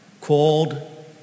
called